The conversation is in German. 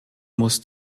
muss